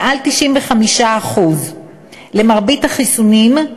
מעל 95%. למרבית החיסונים,